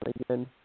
again